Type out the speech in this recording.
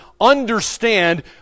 understand